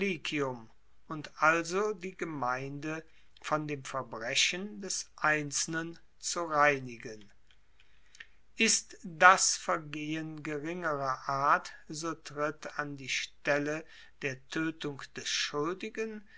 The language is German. und also die gemeinde von dem verbrechen des einzelnen zu reinigen ist das vergehen geringerer art so tritt an die stelle der toetung des schuldigen